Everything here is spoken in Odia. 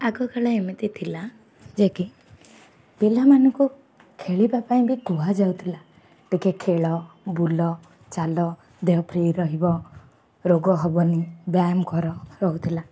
ଆଗକାଳେ ଏମିତି ଥିଲା ଯେ କି ପିଲାମାନଙ୍କୁ ଖେଳିବା ପାଇଁ ବି କୁହାଯାଉଥିଲା ଟିକେ ଖେଳ ବୁଲ ଚାଲ ଦେହ ଫ୍ରି ରହିବ ରୋଗ ହବନି ବ୍ୟାୟାମ କର ରହୁଥିଲା